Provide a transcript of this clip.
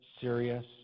serious